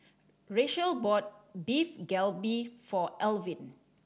Rachael bought Beef Galbi for Alvin